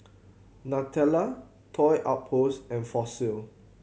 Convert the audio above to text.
Nutella Toy Outpost and Fossil